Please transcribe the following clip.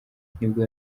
nibwo